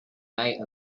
night